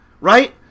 right